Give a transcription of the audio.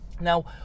Now